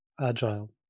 agile